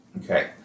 Okay